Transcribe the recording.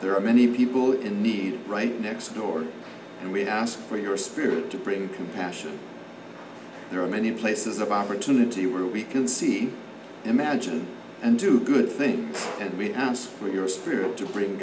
there are many people in need right next door and we ask for your spirit to bring compassion there are many places of opportunity where we can see imagine and do good things and we ask for your spirit to bring